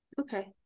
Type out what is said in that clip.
okay